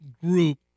group